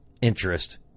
interest